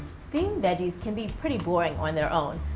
steamed veggies can be pretty boring on their own.